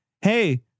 Hey